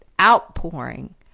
outpouring